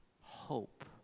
hope